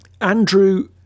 Andrew